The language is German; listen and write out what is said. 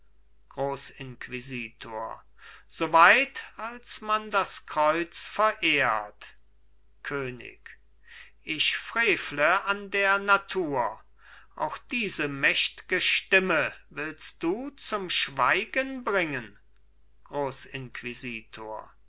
grossinquisitor so weit als man das kreuz verehrt könig ich frevle an der natur auch diese mächtge stimme willst du zum schweigen bringen grossinquisitor